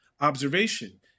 observation